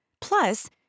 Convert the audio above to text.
Plus